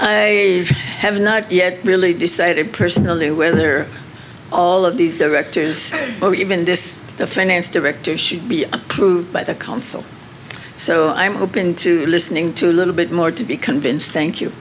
i have not yet really decided personally where they're all of these directors or even this the finance director should be approved by the council so i'm open to listening to a little bit more to be convinced thank you